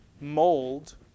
mold